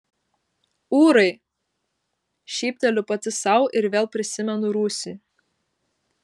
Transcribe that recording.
ūrai šypteliu pati sau ir vėl prisimenu rūsį